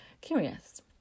curious